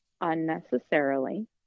Unnecessarily